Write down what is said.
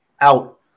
out